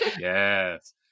Yes